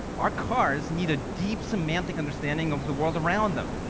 our cars need a deep semantic understanding of the world around them.